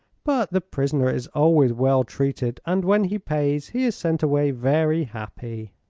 but the prisoner is always well treated, and when he pays he is sent away very happy.